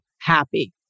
happy